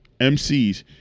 MCs